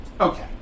Okay